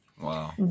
Wow